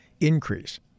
increase